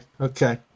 Okay